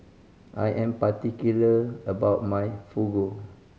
I am particular about my Fugu